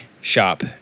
shop